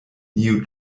new